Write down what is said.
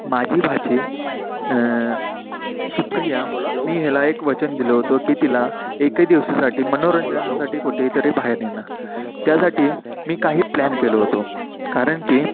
माझी भाची सुप्रिया मी हेला एक वचन दिलो होतो की तिला एकही दिवसाठी मनोरंजनासाठी कुठेही तरी बाहेर नेणार त्यासाठी मी काही प्लॅन केलो होतो कारण की